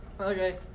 Okay